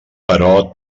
però